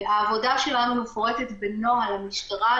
העבודה שלנו מפורטת בנוהל המשטרה.